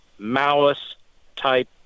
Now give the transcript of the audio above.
Maoist-type